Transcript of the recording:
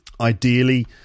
Ideally